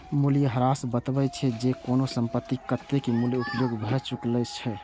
मूल्यह्रास बतबै छै, जे कोनो संपत्तिक कतेक मूल्यक उपयोग भए चुकल छै